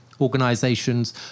organizations